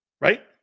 right